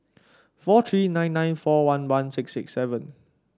four three nine nine four one one six six seven